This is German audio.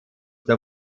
der